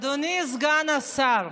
אדוני סגן השר,